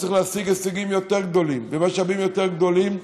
וצריכים להשיג הישגים יותר גדולים ומשאבים יותר גדולים.